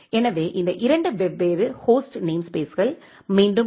எனவே இந்த இரண்டு வெவ்வேறு ஹோஸ்ட் நேம்ஸ்பேஸ்கள் மீண்டும் டி